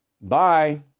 bye